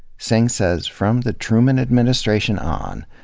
singh says, from the truman administration on,